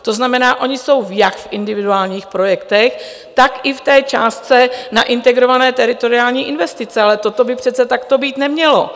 To znamená, oni jsou jak v individuálních projektech, tak i v částce na integrované teritoriální investice, ale toto by přece takto být nemělo.